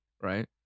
right